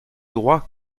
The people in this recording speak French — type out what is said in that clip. droits